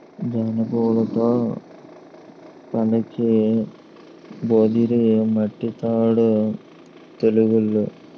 జనపుల్లలతో పండక్కి భోధీరిముట్టించుతారు తెలుగోళ్లు